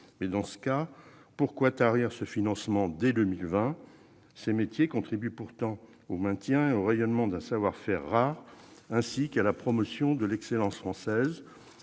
2022. Dans ce cas, pourquoi tarir ce financement dès 2020 ? Ces métiers contribuent pourtant au maintien et au rayonnement d'un savoir-faire rare, ainsi qu'à la promotion de l'excellence française.